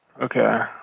Okay